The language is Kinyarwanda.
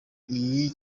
iyi